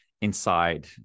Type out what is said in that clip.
inside